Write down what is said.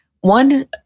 one